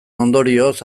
ondorioz